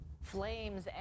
Flames